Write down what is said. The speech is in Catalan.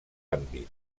àmbits